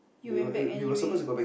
you went back anyway